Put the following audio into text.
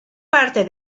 parte